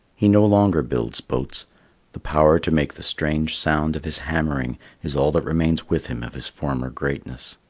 he no longer builds boats the power to make the strange sound of his hammering is all that remains with him of his former greatness.